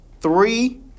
three